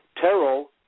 Terrell